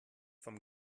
vom